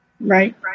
Right